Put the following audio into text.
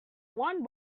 one